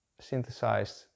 synthesized